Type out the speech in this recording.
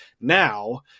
Now